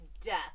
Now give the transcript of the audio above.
Death